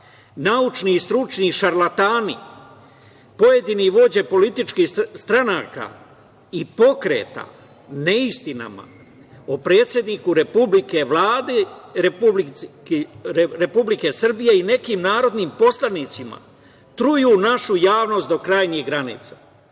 naučni i stručni šarlatani, pojedine vođe političkih stranaka i pokreta, neistinama o predsedniku Republike, Vlade Republike Srbije i nekim narodnim poslanicima, truju našu javnost do krajnjih